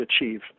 achieve